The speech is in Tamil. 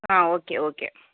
ah okay okay